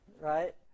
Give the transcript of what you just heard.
right